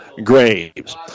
Graves